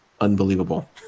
unbelievable